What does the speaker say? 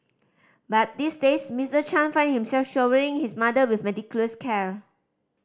but these days Mister Chan find himself showering his mother with meticulous care